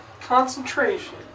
concentration